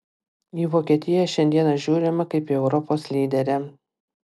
į vokietiją šiandieną žiūrima kaip į europos lyderę